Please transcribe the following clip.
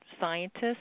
scientists